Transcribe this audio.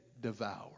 devour